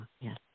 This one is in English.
yes